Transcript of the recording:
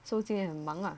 so 今天很忙 lah